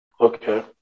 Okay